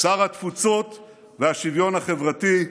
שר התפוצות והשוויון החברתי,